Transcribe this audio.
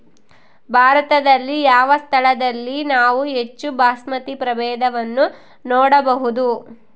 ಭಾರತದಲ್ಲಿ ಯಾವ ಸ್ಥಳದಲ್ಲಿ ನಾವು ಹೆಚ್ಚು ಬಾಸ್ಮತಿ ಪ್ರಭೇದವನ್ನು ನೋಡಬಹುದು?